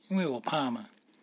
因为我怕 mah